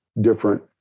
different